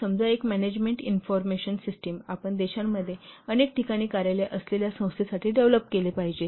समजा एक management information system आपण देशामध्ये अनेक ठिकाणी कार्यालये असलेल्या संस्थेसाठी डेव्हलोप केले पाहिजे